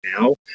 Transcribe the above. now